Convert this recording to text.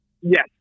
Yes